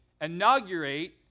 inaugurate